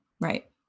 right